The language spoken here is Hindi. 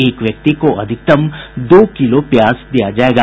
एक व्यक्ति को अधिकतम दो किलो प्याज दिया जायेगा